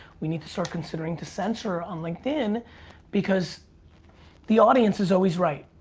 we need to start considering to censor on linkedin because the audience is always right.